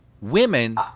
women